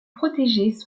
protégés